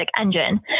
engine